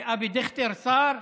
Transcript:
אבי דיכטר שר,